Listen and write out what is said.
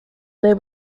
they